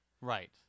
Right